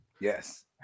Yes